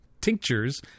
tinctures